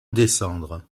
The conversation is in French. descendre